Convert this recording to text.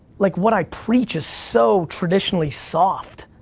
like, what i preach is so traditionally soft,